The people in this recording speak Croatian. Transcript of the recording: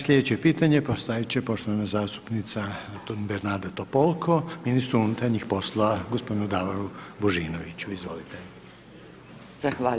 Slijedeće pitanje postavit će poštovana zastupnica Bernarda Topolko, ministru unutarnjih poslova g. Davoru Božinoviću, izvolite.